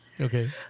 okay